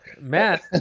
Matt